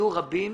היא שיהיו רבים